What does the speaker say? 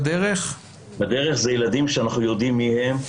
בדרך זה ילדים שאנחנו יודעים מי הם,